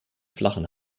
flachen